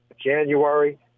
January